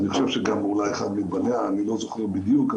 אני חושב שגם אחד מבניה היה, אני לא זוכר בדיוק.